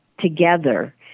together